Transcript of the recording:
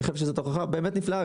אני חושב שזאת הוכחה באמת נפלאה,